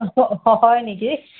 হয় নেকি